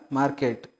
market